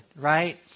right